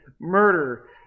murder